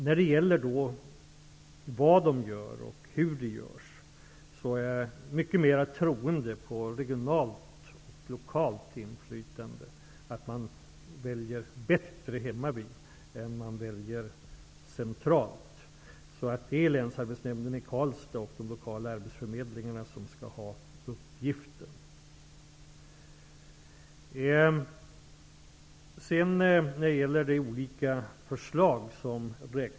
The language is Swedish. När det gäller vad man gör och hur det görs, tror jag mycket mer på regionalt och lokalt inflytande. Man kan göra ett bättre val hemmavid än centralt. Det är Länsarbetsnämnden i Karlstad och de lokala arbetsförmedlingarna som skall ha dessa uppgifter. Det räknades här upp olika förslag.